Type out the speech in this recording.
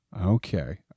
Okay